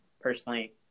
personally